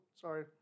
sorry